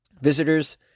Visitors